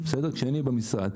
כשאיני במשרד.